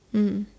mmhmm